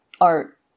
art